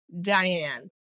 diane